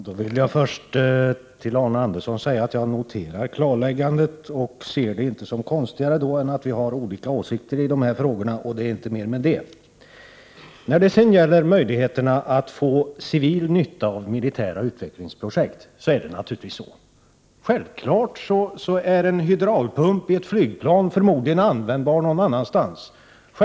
Fru talman! Jag vill först till Arne Andersson i Ljung säga att jag noterar hans klarläggande. Det är alltså inte egendomligare än att vi har olika åsikter i dessa frågor. När det sedan gäller militära utvecklingsprojekt är det självfallet så att man också kan få civil nytta av sådana. En hydraulpump i ett flygplan är förmodligen användbar också någon annanstans.